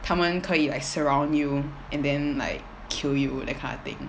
他们可以 like surround you and then like kill you that kind of thing